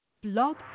blog